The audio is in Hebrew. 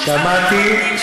שמעתי.